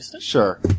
Sure